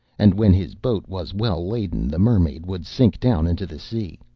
and when his boat was well-laden, the mermaid would sink down into the sea,